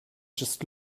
just